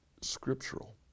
scriptural